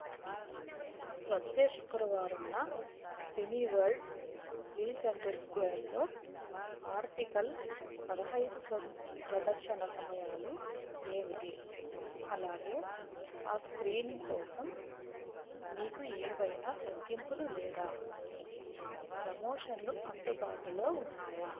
వచ్చే శుక్రవారమున Cineworld Leicester స్క్వైర్లో ఆర్టికల్ పదహైదు సం ప్రదర్శన సమయాలు ఏమిటి అలాగే ఆ స్క్రీనింగ్ కోసం మీకు ఏవైనా తగ్గింపులు లేదా ప్రమోషన్లు అందుబాటులో ఉన్నాయా